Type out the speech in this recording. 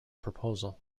proposal